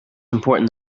important